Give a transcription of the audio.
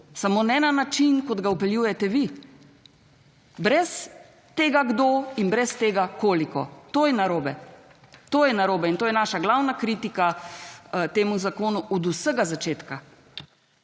samo ne na način kot ga vpeljujete vi. Brez tega kdo in brez tega koliko to je narobe in to je naša glavna kritika temu zakonu od vsega začetka.